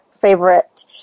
favorite